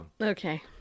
Okay